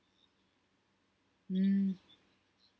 mm